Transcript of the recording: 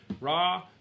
Raw